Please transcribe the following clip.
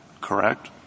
correct